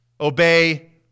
Obey